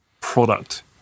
product